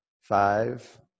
Five